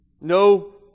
no